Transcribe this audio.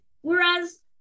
whereas